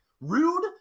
Rude